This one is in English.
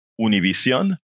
Univision